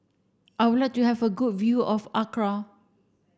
I would like to have a good view of Accra